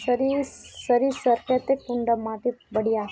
सरीसर केते कुंडा माटी बढ़िया?